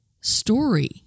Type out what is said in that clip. story